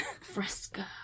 Fresca